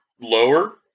lower